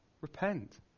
Repent